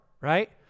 right